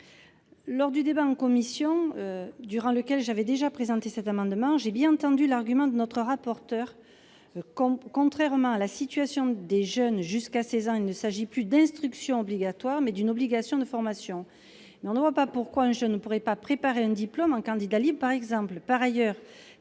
Lors du débat en commission, durant lequel j'avais déjà présenté cet amendement, j'ai bien entendu l'argument de notre rapporteur. Il estime que, contrairement à la situation des jeunes jusqu'à 16 ans, il s'agit non plus d'instruction obligatoire, mais d'une obligation de formation. Pour ma part, je ne vois pas pourquoi un jeune ne pourrait pas préparer un diplôme en se présentant en candidat libre, par exemple.